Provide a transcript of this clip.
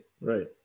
right